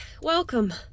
Welcome